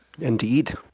Indeed